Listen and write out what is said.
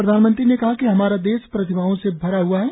प्रधानमंत्री ने कहा कि हमारा देश प्रतिभाओं से भरा हुआ है